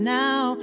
now